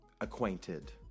acquainted